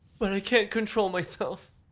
but i can't control myself!